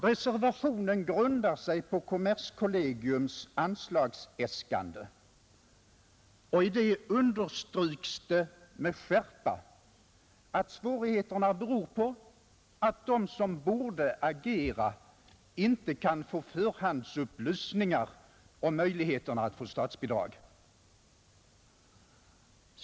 Reservationen grundar sig på kommerskollegiums anslagsäskande, och i det understryks med skärpa att svårigheterna beror på att de som borde agera inte kan få förhandsupplysningar om möjligheterna att erhålla statsbidrag.